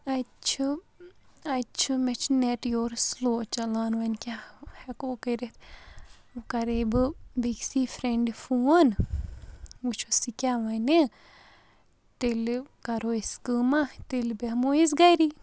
اَتہِ چھُ اَتہِ چھُ مےٚ چھُ نیٚٹ یورٕ سٕلو چلان وۄنۍ کیاہ ہیٚکو کٔرِتھ وۄنۍ کَرے بہٕ بیکسٕے فرٛینٛڈِ فون وٕچھُو سُہ کیاہ وَنہِ تیٚلہِ کَرو أسۍ کٲما تیٛلہِ بیٚہمو أسۍ گَری